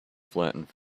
flattened